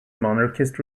monarchist